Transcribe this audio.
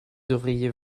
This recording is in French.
devriez